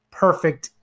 perfect